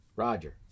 Roger